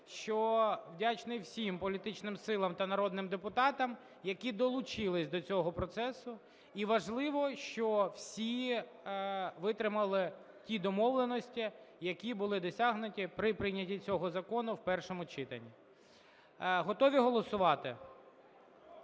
що вдячний всім політичним силам та народним депутатам, які долучились до цього процесу. І важливо, що всі витримали ті домовленості, які були досягнуті при прийнятті цього закону в першому читанні. Готові голосувати?